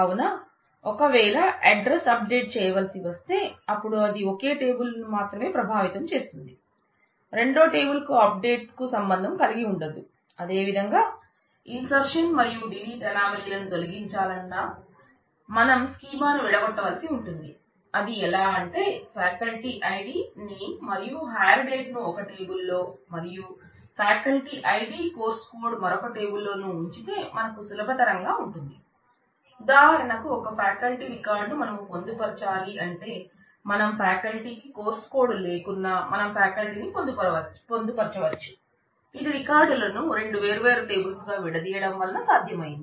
కావున ఒక వేళ అడ్రస్ మరొక టేబుల్లోను ఉంచితే మనకు సులభతరంగా ఉంటుంది ఉదాహారణకు ఒక ఫ్యాకల్టీ రికార్డ్ ను మనం పొందుపరచాలంటే మనం ఫ్యాకల్టీకి కోర్స్ కోడ్ లేకున్నా మనం ఫ్యాకల్టీని పొందుపరచవచ్చు ఇది రికార్డులను రెండు వేర్వేర్ టేబుల్స్ గా విడదీయటం వలన సాధ్యం అయ్యింది